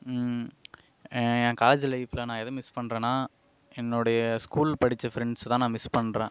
என் college லைஃபில் நான் எதை மிஸ் பண்ணுறனா என்னுடைய ஸ்கூல் படிச்ச ஃப்ரெண்ட்ஸ் தான் நான் மிஸ் பண்ணுறன்